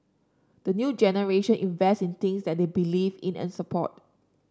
the new generation invests in things that they believe in and support